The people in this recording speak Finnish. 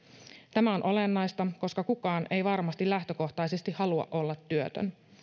tämä on olennaista koska kukaan ei varmasti lähtökohtaisesti halua olla työtön